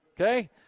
Okay